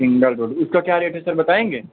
single road इसका क्या rate है सर बताएंगे